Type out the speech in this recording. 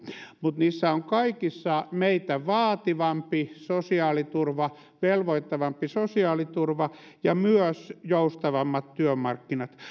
mutta niissä on kaikissa meitä vaativampi sosiaaliturva velvoittavampi sosiaaliturva ja myös joustavammat työmarkkinat